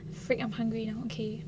freak I'm hungry now okay